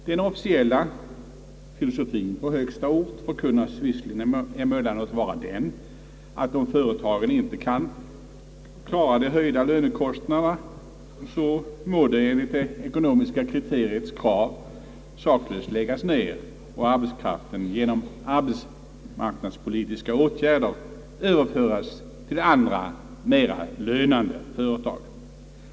Den officiella filosofien på högsta ort förkunnar visserligen, att om företagen inte kan klara de höjda lönekostnaderna, så må de enligt det ekonomiska kriteriets krav saklöst läggas ned och arbetskraften genom arbetsmarknadspolitiska åtgärder överföras till andra, mera lönande företag.